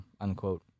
unquote